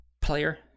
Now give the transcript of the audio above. player